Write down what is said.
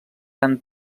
han